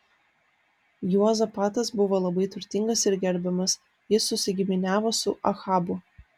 juozapatas buvo labai turtingas ir gerbiamas jis susigiminiavo su ahabu